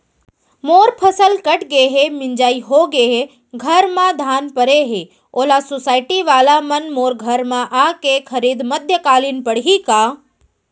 मोर फसल कट गे हे, मिंजाई हो गे हे, घर में धान परे हे, ओला सुसायटी वाला मन मोर घर म आके खरीद मध्यकालीन पड़ही का?